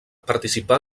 participà